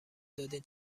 دادین